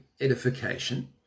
edification